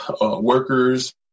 workers